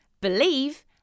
believe